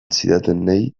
zidatenei